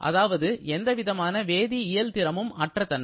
அதாவது எவ்விதமான வேதி இயல் திறமும் அற்ற தன்மை